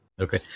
Okay